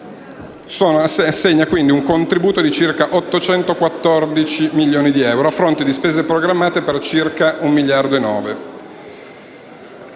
l'energie assegna un contributo di circa 814 milioni di euro, a fronte di spese programmate per circa 1,9 miliardi di